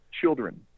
children